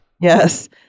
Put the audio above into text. Yes